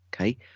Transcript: okay